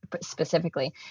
specifically